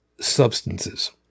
substances